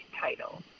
title